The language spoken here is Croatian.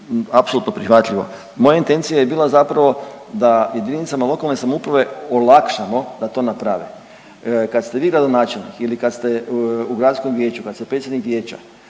apsolutno prihvatljivo. Moja intencija je bila zapravo da jedinicama lokalne samouprave olakšamo da to naprave. Kad ste vi gradonačelnik ili kad ste u gradskom vijeću, kad ste predsjednik vijeća